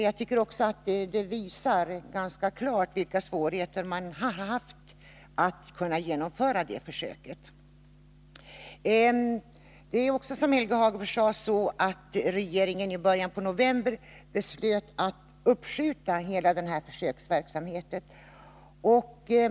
Jag tycker att försöket ganska klart visar vilka svårigheter man haft när det gällt att genomföra försöket. Det är också så, som Helge Hagberg sade, att regeringen i början av november beslöt att uppskjuta hela den här försöksverksamheten.